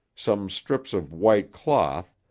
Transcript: some strips of white cloth,